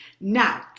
Now